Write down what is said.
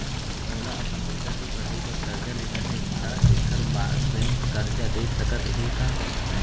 मोला अपन लइका के पढ़ई बर करजा लेना हे, त एखर बार बैंक करजा दे सकत हे का?